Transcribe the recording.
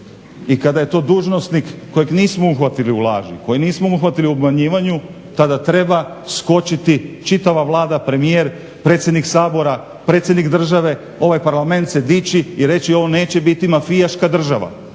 i kada je to dužnosnik kojeg nismo uhvatili u laži, kojeg nismo uhvatili u obmanjivanju tada treba skočiti čitava Vlada, premijer, predsjednik Sabora, predsjednik države, ovaj Parlament se dići i reći ovo neće biti mafijaška država.